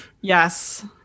yes